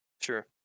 Sure